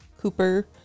Cooper